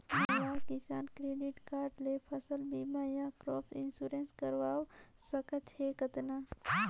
मोला किसान credit card ले फसल बीमा या क्रॉप इंश्योरेंस करवा सकथ हे कतना?